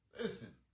Listen